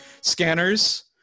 Scanners